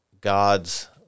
God's